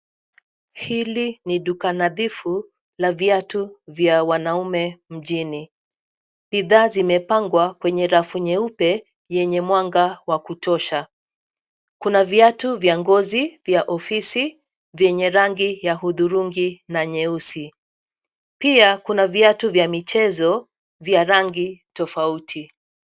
Hili ni duka nadhifu la viatu vya wanaume mjini. Bidhaa zimepangwa kwenye rafu nyeupe yenye mwanga wa kutosha. Kuna viatu vya ngozi, vya ofisi vyenye rangi ya hudhurungi na nyeusi. Pia kuna viatu vya michezo vya rangi tofauti.